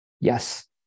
Yes